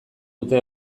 dute